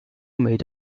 made